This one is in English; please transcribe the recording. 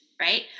right